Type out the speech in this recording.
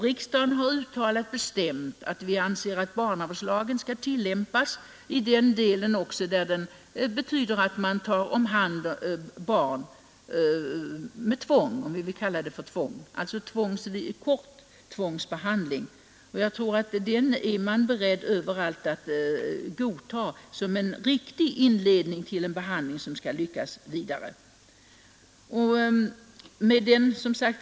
Riksdagen har bestämt uttalat att vi anser att barnavårdslagen skall tillämpas också i den del som stadgar att man kan omhänderta barn med tvång, om vi nu skall kalla det så. Jag tror att alla är beredda att godta en kort tvångsbehandling som en inledning, för att behandlingen skall lyckas i fortsättningen.